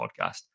Podcast